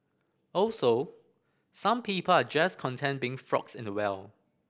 also some people are just content being frogs in a well